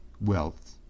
wealth